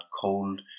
cold